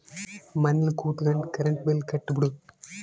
ಮನೆಲ್ ಕುತ್ಕೊಂಡ್ current bill ಕಟ್ಬೊಡು